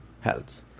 health